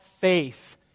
faith